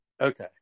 okay